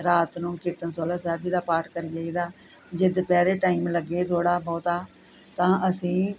ਰਾਤ ਨੂੰ ਕੀਰਤਨ ਸੋਹਿਲਾ ਸਾਹਿਬ ਜੀ ਦਾ ਪਾਠ ਕਰੀ ਜਾਈਦਾ ਜੇ ਦੁਪਹਿਰੇ ਟਾਈਮ ਲੱਗੇ ਥੋੜਾ ਬਹੁਤਾ ਤਾਂ ਅਸੀਂ